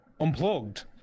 unplugged